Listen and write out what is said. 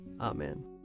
Amen